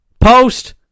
post